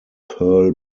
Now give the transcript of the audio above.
pearl